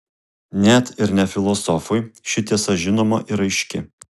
net ir ne filosofui ši tiesa žinoma ir aiški